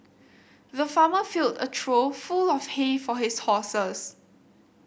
the farmer filled a trough full of hay for his horses